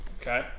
Okay